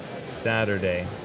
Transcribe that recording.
Saturday